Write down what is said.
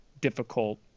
difficult